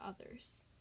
others